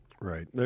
Right